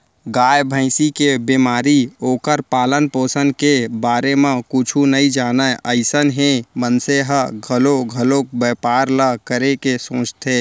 गाय, भँइसी के बेमारी, ओखर पालन, पोसन के बारे म कुछु नइ जानय अइसन हे मनसे ह घलौ घलोक बैपार ल करे के सोचथे